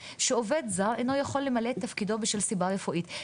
שעובד זר אינו יכול למלא את תפקידו בשל סיבה רפואית,